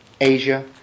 Asia